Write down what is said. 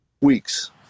Weeks